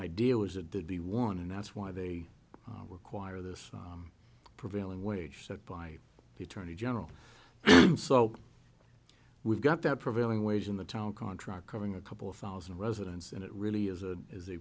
idea was it did the one and that's why they were quire this prevailing wage set by the attorney general so we've got that prevailing wage in the town contract covering a couple of thousand residents and it really is a is a